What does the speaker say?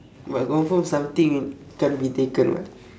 but confirm something can't be taken [what]